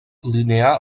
linear